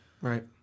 Right